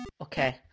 Okay